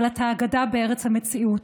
אבל אתה אגדה בארץ המציאות,